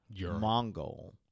Mongol